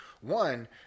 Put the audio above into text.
One